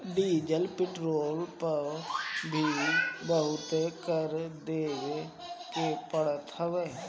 petrol diesel पअ भी बहुते कर देवे के पड़त हवे